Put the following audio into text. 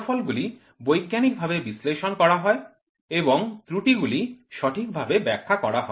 ফলাফলগুলি বৈজ্ঞানিকভাবে বিশ্লেষণ করা হয় এবং ত্রুটিগুলি সঠিকভাবে ব্যাখ্যা করা হয়